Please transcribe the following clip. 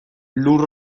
lur